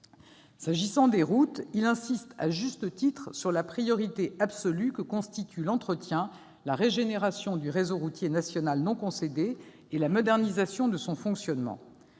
S'agissant des routes, le COI insiste à juste titre sur la priorité absolue que constituent l'entretien, la régénération du réseau routier national non concédé et la modernisation de son fonctionnement.